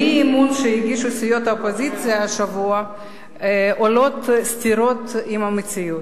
באי-אמון שהגישו סיעות האופוזיציה השבוע עולות סתירות עם המציאות.